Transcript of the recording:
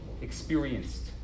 Experienced